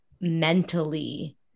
mentally